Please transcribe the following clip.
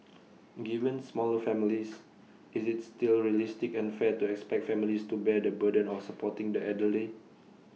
given smaller families is IT still realistic and fair to expect families to bear the burden of supporting the elderly